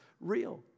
Real